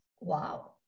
wow